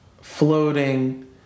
Floating